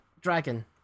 Dragon